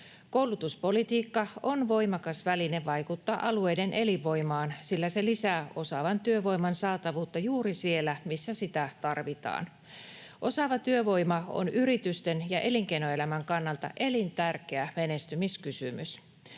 Koulutuspolitiikka on voimakas väline vaikuttaa alueiden elinvoimaan, sillä se lisää osaavan työvoiman saatavuutta juuri siellä, missä sitä tarvitaan. Osaava työvoima on yritysten ja elinkeinoelämän kannalta elintärkeä menestymiskysymys.